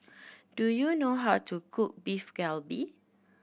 do you know how to cook Beef Galbi